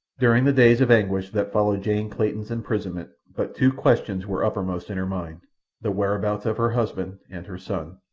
during the days of anguish that followed jane clayton's imprisonment, but two questions were uppermost in her mind the whereabouts of her husband and her son.